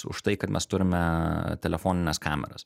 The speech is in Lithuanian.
už tai kad mes turime telefonines kameras